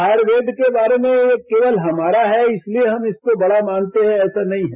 आयुर्वेद के बारे में यह केवल हमारा है इसलिए हम इसको बड़ा मानते हैं ऐसा नहीं है